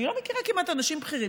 אני לא מכירה כמעט אנשים בכירים